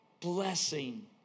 blessing